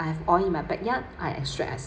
I have oil in my backyard I extract and se~